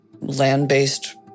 land-based